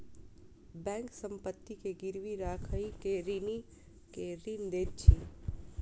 bank संपत्ति के गिरवी राइख के ऋणी के ऋण दैत अछि